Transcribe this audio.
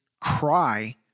cry